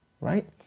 right